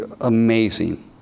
amazing